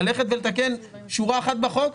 ללכת ולתקן שורה אחת בחוק.